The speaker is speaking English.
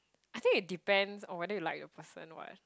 I think it depends on whether you like your person what